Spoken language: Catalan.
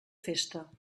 festa